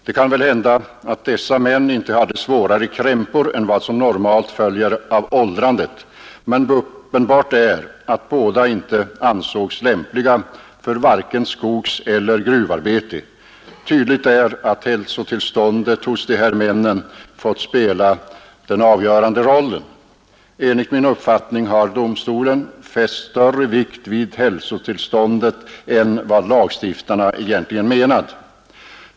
Det kan väl hända att dessa män inte hade svårare krämpor än vad som normalt följer med åldrandet, men uppenbart är att ingen av dem ansags lämplig vare sig för skogseller för gruvarbete. Tydligt är att hälsotillståndet hos männen fått spela den avgörande rollen. Enligt min uppfattning har domstolen fäst större vikt vid hälsotillståndet än vad lagstiftarana egentligen menat.